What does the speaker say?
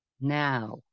Now